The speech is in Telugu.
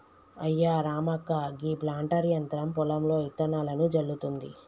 అయ్యా రామక్క గీ ప్లాంటర్ యంత్రం పొలంలో ఇత్తనాలను జల్లుతుంది